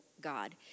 God